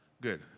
Good